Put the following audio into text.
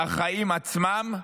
החיים עצמם,